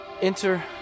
Enter